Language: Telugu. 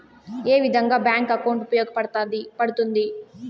ఏ విధంగా బ్యాంకు అకౌంట్ ఉపయోగపడతాయి పడ్తుంది